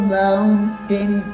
mountain